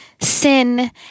sin